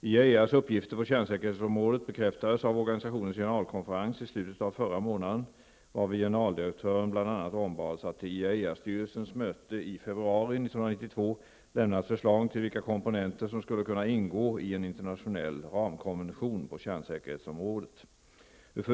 IAEAs uppgifter på kärnsäkerhetsområdet bekräftades av organisationens generalkonferens i slutet av förra månaden varvid generaldirektören bl.a. ombads att till IAEA-styrelsens möte i februari 1992 lämna ett förslag till vilka komponenter som skulle kunna ingå i en internationell ramkonvention på kärnsäkerhetsområdet.